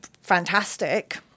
fantastic